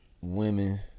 women